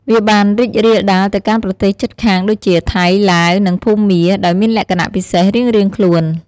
វាបានរីករាលដាលទៅកាន់ប្រទេសជិតខាងដូចជា ថៃ ឡាវ និងភូមា ដោយមានលក្ខណៈពិសេសរៀងៗខ្លួន។